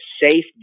safe